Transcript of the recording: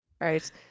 right